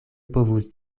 povus